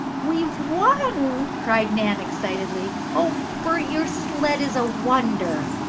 we've won! cried nan excitedly. oh, bert, your sled is a wonder.